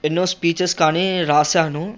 ఎన్నో స్పీచెస్ కానీ రాసాను